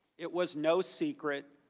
it was no secret,